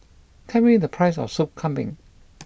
tell me the price of Soup Kambing